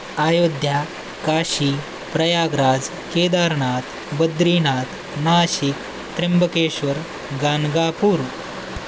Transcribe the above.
Ayodhya Kashi Prayagraj Kedarnath Badrinath Nashik Trimbakeshwar Ganagapur